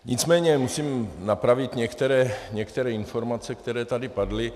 Nicméně musím napravit některé informace, které tady padly.